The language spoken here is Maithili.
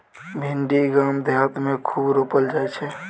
भिंडी गाम देहात मे खूब रोपल जाई छै